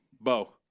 Bo